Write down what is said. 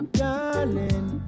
darling